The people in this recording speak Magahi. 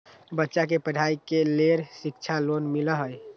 बच्चा के पढ़ाई के लेर शिक्षा लोन मिलहई?